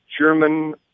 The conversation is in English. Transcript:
German